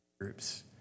groups